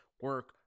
Work